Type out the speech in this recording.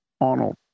Arnold